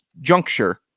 juncture